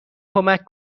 کمک